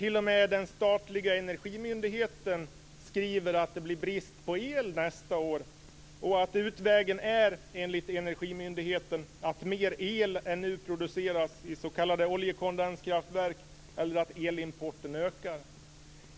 T.o.m. den statliga energimyndigheten skriver att det blir brist på el nästa år och att utvägen är att mer el än nu produceras i s.k. oljekondenskraftverk eller att elimporten ökar.